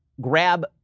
grab